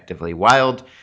wild